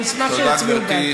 נשמח שהם יצביעו בעד.